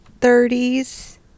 thirties